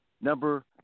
number